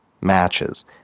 matches